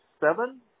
seven